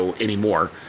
anymore